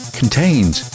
contains